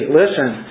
listen